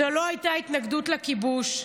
זו לא הייתה התנגדות לכיבוש,